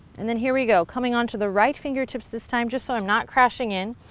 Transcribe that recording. and then here we go, coming on to the right fingertips this time. just so i'm not crashing in,